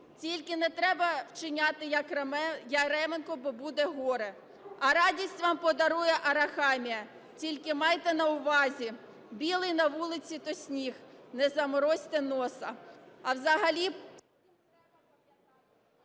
Тільки не треба вчиняти, як Яременко, бо буде горе. А радість вам подарує Арахамія. Тільки майте на увазі: білий на вулиці – то сніг, не заморозьте носа.